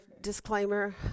disclaimer